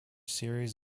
series